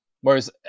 Whereas